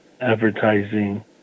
advertising